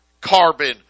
carbon